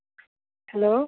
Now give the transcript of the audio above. hello